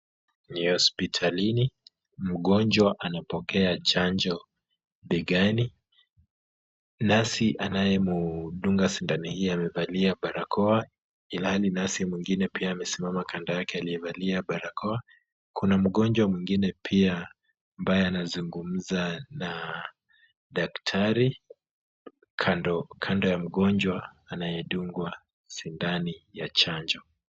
Ni hospitalini, mgonjwa anapokea chanjo begani, nurse anayemdunga sindano hii amevalia barakoa ihali nurse mwingine pia amesimama kando yake aliyevalia barakoa, kuna mgonjwa mwingine pia ambaye anazungumza na daktari kando kando ya mgonjwa anayedungwa sindano ya chanjo.